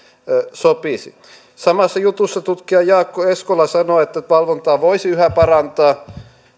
sopisi samassa jutussa tutkija jaakko eskola sanoo että valvontaa voisi yhä parantaa